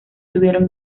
tuvieron